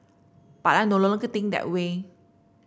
but I no longer think that way